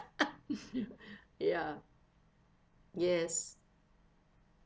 ya yes